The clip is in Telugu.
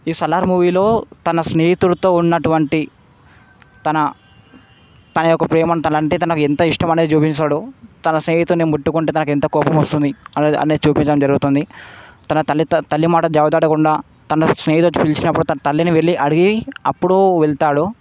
ఈ సలార్ మూవీలో తన స్నేహితుడితో ఉన్నటువంటి తన తన యొక్క ప్రేమను అతనంటే తనకు ఎంత ఇష్టము అనేది చూపిస్తాడు తన స్నేహితుడిని ముట్టుకుంటే తనకు ఎంత కోపం వస్తుంది అనేద్ అనేది చూపించడం జరుగుతుంది తన తల్లి తల్లి మాట జవదాటకుండా తన స్నేహితుడు వచ్చి పిలిచినప్పుడు తన తల్లిని వెళ్ళి అడిగి అప్పుడు వెళ్తాడు